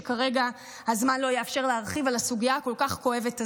וכרגע הזמן לא יאפשר להרחיב בסוגיה הכל-כך כואבת הזאת.